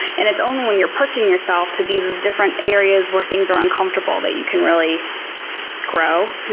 and it's only when you're pushing yourself to these different areas where things are uncomfortable that you can really grow.